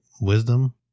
Wisdom